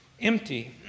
empty